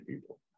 people